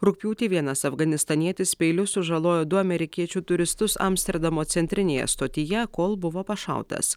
rugpjūtį vienas afganistanietis peiliu sužalojo du amerikiečių turistus amsterdamo centrinėje stotyje kol buvo pašautas